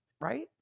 right